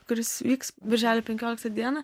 kuris vyks birželio penkioliktą dieną